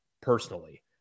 personally